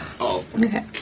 Okay